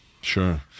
sure